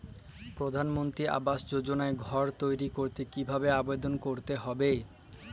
প্রধানমন্ত্রী আবাস যোজনায় ঘর তৈরি করতে কিভাবে আবেদন করতে হবে?